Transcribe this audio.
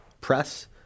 press